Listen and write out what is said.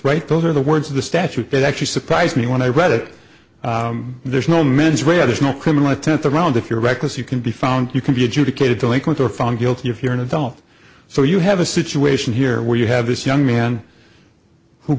right those are the words of the statute that actually surprised me when i read it there's no menswear there's no criminal intent the round if you're reckless you can be found you can be adjudicated delinquent or found guilty if you're an adult so you have a situation here where you have this young man who